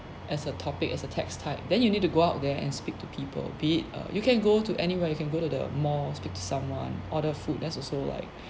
as a topic as a text type then you need to go out there and speak to people be it err you can go to anywhere you can go to the mall speak to someone order food that's also like